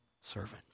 servant